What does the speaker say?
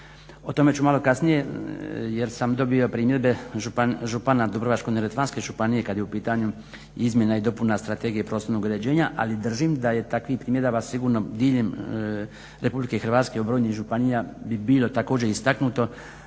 O tome ću malo kasnije jer sam dobio primjedbe župana Dubrovačko-neretvanske županije kada je u pitanju izmjena i dopuna strategije prostornog uređenja. Ali držim da je takvih primjedaba sigurno diljem Republike Hrvatske u brojnim županijama bi bilo također istaknuto.